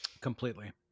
Completely